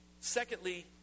Secondly